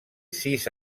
sis